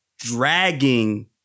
dragging